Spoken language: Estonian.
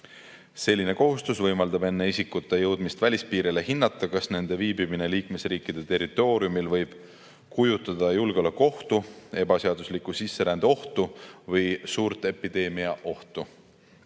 Selline kohustus võimaldab hinnata enne isikute jõudmist välispiirile, kas nende viibimine liikmesriikide territooriumil võib kujutada julgeolekuohtu, ebaseadusliku sisserände ohtu või suurt epideemiaohtu.